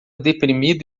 deprimido